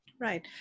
Right